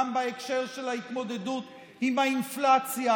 גם בהקשר של ההתמודדות עם האינפלציה.